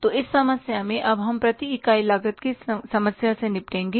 तो इस समस्या में अब हम प्रति इकाई लागत की समस्या से निपटेंगे